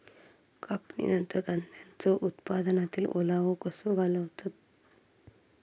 कापणीनंतर धान्यांचो उत्पादनातील ओलावो कसो घालवतत?